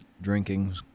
drinking